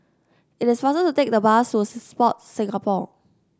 it is faster to take the bus to Sports Singapore